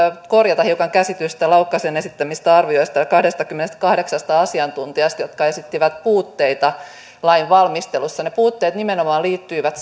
korjata hiukan käsitystä laukkasen esittämistä arvioista ja kahdestakymmenestäkahdeksasta asiantuntijasta jotka esittivät puutteita lain valmistelussa ne puutteet liittyivät